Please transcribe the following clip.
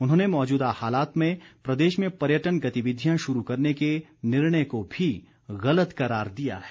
उन्होंने मौजूदा हालात में प्रदेश में पर्यटन गतिविधियां शुरू करने के निर्णय को भी गलत करार दिया है